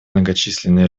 многочисленные